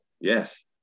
Yes